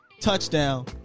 touchdown